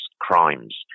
crimes